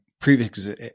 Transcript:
previous